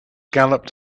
galloped